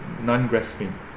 non-grasping